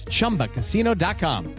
ChumbaCasino.com